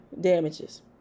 damages